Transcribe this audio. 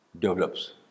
develops